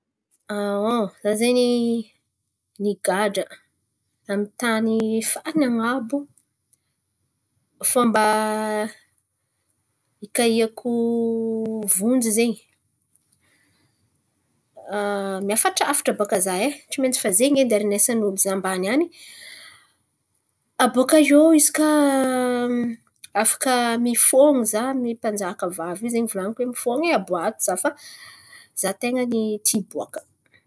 Za zen̈y nigadra amy tany farany an̈abo. Fomba ikahiako vonjy zen̈y, miafatrafatra baka za e tsy maintsy fa zen̈y edy arinesan'olo za ambany any. Abôkaiô izy kà afaka mifôn̈o za amy mpanjakavavy io zen̈y volan̈iko hoe: "Mifôn̈o e! Aboa ato za fa za ten̈a ny ty hiboaka'.